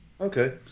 Okay